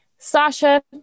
Sasha